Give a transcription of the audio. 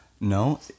No